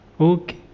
okay